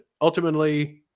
ultimately